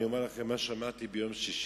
אני אומר לכם מה שמעתי ביום שישי.